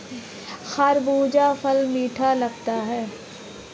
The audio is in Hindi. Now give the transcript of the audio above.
खरबूजा फल मीठा लगता है